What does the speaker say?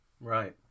Right